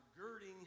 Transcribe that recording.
girding